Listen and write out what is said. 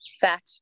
fat